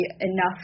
enough